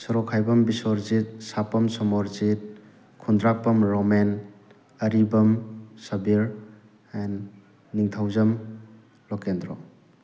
ꯁꯣꯔꯣꯛꯈꯥꯏꯕꯝ ꯕꯤꯁꯣꯔꯖꯤꯠ ꯁꯥꯄꯝ ꯁꯣꯃꯣꯔꯖꯤꯠ ꯈꯨꯟꯗ꯭ꯔꯥꯛꯄꯝ ꯔꯣꯃꯦꯟ ꯑꯔꯤꯕꯝ ꯁꯕꯤꯔ ꯑꯦꯟ ꯅꯤꯡꯊꯧꯖꯝ ꯂꯣꯀꯦꯟꯗ꯭ꯔꯣ